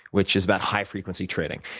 which is about high frequency trading.